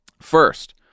First